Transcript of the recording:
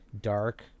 dark